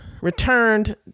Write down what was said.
returned